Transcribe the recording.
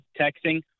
texting